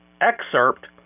excerpt